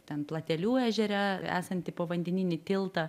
ten platelių ežere esantį povandeninį tiltą